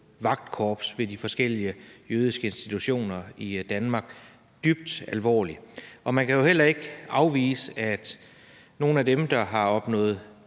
vagtkorps ved de forskellige jødiske institutioner i Danmark. Det er dybt alvorligt. Og man kan ikke afvise, at nogle af dem, der har opnået